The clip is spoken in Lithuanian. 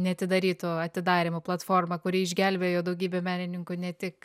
neatidarytų atidarymų platformą kuri išgelbėjo daugybę menininkų ne tik